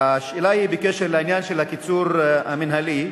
השאלה היא בקשר לעניין של הקיצור המינהלי,